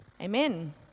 amen